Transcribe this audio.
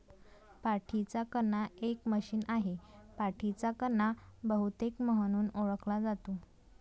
पाठीचा कणा एक मशीन आहे, पाठीचा कणा बहुतेक म्हणून ओळखला जातो